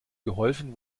geholfen